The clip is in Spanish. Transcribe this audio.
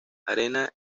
arena